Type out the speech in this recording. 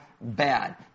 Bad